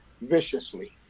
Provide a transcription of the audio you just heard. viciously